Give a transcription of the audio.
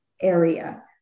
area